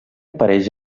apareix